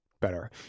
better